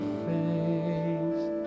face